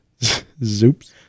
Zoops